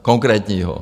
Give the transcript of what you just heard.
Konkrétního.